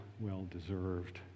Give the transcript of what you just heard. well-deserved